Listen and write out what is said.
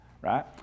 Right